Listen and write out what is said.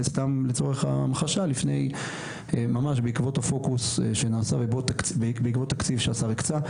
למשל ממש בעקבות תקציב שהשר הקצה,